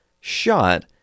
shot